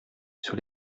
sur